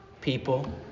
people